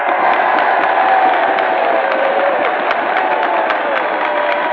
oh